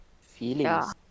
Feelings